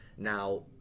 now